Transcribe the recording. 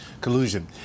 collusion